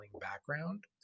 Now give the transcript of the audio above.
background